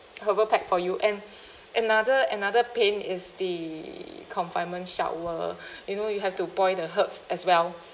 herbal pack for you and another another pain is the confinement shower you know you have to boil the herbs as well